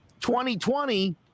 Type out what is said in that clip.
2020